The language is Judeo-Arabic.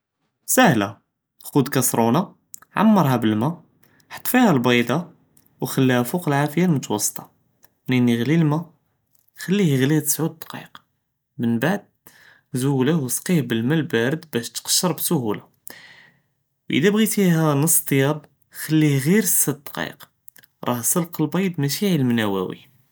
סאהְלה חוד כּסרונה עמַרהא בלמא, חט פיהא לבּידָה, נְכלִיהא פוק אלעאפיה מותוואסְטה, מתא יגְלי אלמא, כלִיה יגְלי תסוָוא דקָאיק, מנבּעד זולוה וסקיה בלמא לבּארד בּאש תכּסרת בסהולה, ואדָא בגִיתהא נוס טיאב, כלִיהום ע׳יר סת דקָאיק, ראה סבּק ללבּיד משי עלם נווי.